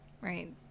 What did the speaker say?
right